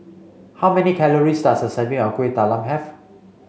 how many calories does a serving of Kueh Talam have